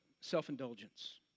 self-indulgence